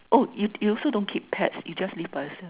oh you you also don't keep pets you just live by yourself